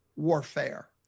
warfare